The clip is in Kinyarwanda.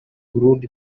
burundi